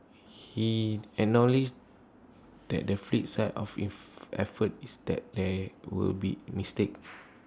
he acknowledged that the flip side of if effort is that there will be mistakes